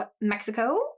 Mexico